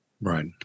Right